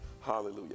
Hallelujah